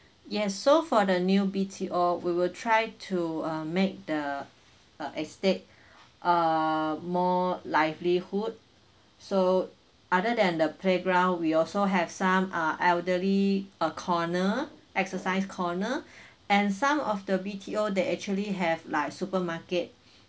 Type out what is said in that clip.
yes so for the new B_T_O we will try to uh make the uh estate uh more livelihood so other than the playground we also have some ah elderly a corner exercise corner and some of the B_T_O that actually have like supermarket